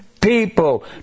people